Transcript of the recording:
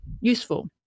useful